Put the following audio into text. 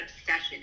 obsession